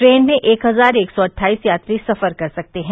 train में एक हजार एक सौ अट्ठाइस यात्री सफर कर सकते हैं